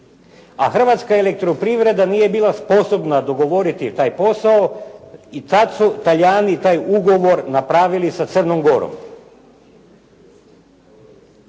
a Hrvatska elektroprivreda nije bila sposobna dogovoriti taj posao i tad su Talijani taj ugovor napravili sa Crnom Gorom.